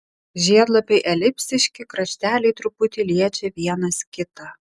žiedlapiai elipsiški krašteliai truputį liečia vienas kitą